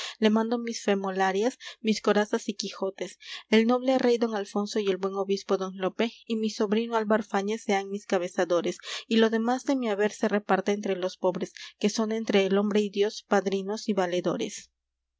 le mando mis femolarias mis corazas y quijotes el noble rey don alfonso y el buen obispo don lope y mi sobrino álvar fáñez sean mis cabezadores y lo demás de mi haber se reparta entre los pobres que son entre el hombre y dios padrinos y valedores